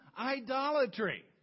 idolatry